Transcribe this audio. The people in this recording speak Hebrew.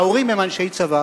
שההורים הם אנשי צבא,